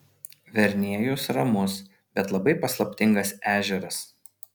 verniejus ramus bet labai paslaptingas ežeras